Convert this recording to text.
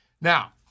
Now